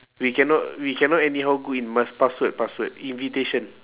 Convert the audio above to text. we cannot we cannot anyhow go in must password password invitation